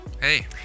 Hey